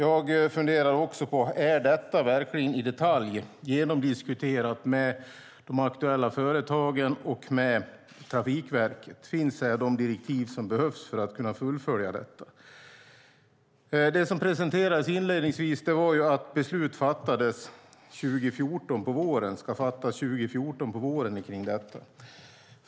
Jag funderar också på om detta verkligen i detalj är genomdiskuterat med de aktuella företagen och med Trafikverket. Finns här de direktiv som behövs för att kunna fullfölja detta? Det som presenterades inledningsvis var att beslut om detta ska fattas våren 2014.